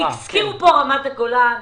הזכירו כאן את רמת הגולן וכולי.